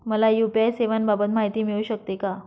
मला यू.पी.आय सेवांबाबत माहिती मिळू शकते का?